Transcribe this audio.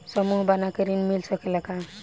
समूह बना के ऋण मिल सकेला का?